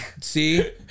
See